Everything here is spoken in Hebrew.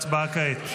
הצבעה כעת.